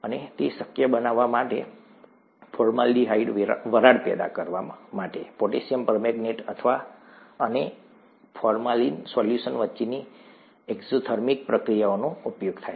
અને તે શક્ય બનાવવા માટે ફોર્માલ્ડિહાઇડ વરાળ પેદા કરવા માટે પોટેશિયમ પરમેંગેનેટ અને ફોર્મલિન સોલ્યુશન વચ્ચેની એક્ઝોથર્મિક પ્રતિક્રિયાનો ઉપયોગ થાય છે